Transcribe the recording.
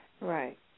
Right